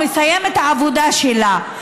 הוא מסיים את העבודה שלה.